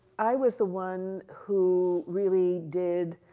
i was the one who really did